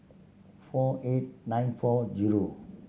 four eight nine four zero